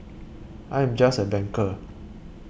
I am just a banker